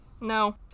no